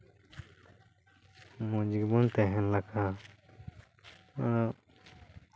ᱢᱚᱡᱽ ᱜᱮᱵᱚᱱ ᱛᱟᱦᱮᱱ ᱞᱮᱠᱟ ᱟᱨ